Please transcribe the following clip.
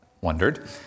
wondered